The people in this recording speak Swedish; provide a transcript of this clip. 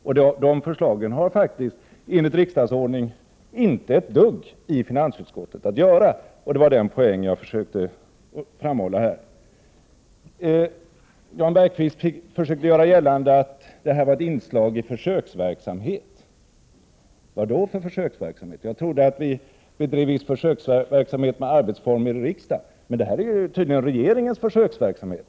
Dessa förslag har faktiskt enligt riksdagsordningen inte ett dugg i finansutskottet att göra. Det var den poängen jag försökte framhålla. Jan Bergqvist försökte göra gällande att detta är ett inslag i en försöksverksamhet. Vilken försöksverksamhet? Jag trodde att vi bedrev en viss försöksverksamhet med arbetsformerna i riksdagen. Men det här är tydligen regeringens försöksverksamhet.